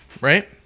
right